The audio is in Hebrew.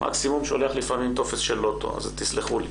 מקסימום שולח לפעמים טופס של לוטו, אז תסלחו לי.